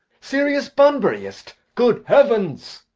serious bunburyist! good heavens!